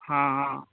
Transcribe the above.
हँ हँ